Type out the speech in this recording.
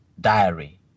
diary